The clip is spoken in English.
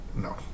No